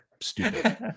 stupid